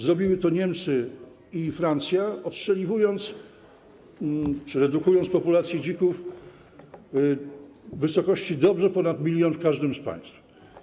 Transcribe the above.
Zrobiły to Niemcy i Francja, odstrzeliwując czy redukując populację dzików w wysokości dobrze ponad 1 mln w każdym z państw.